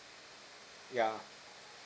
yeah